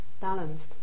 balanced